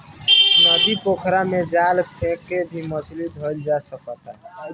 नदी, पोखरा में जाल फेक के भी मछली धइल जा सकता